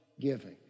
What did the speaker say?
giving